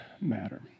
matter